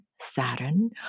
Saturn